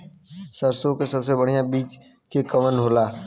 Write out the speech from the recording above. सरसों क सबसे बढ़िया बिज के कवन होला?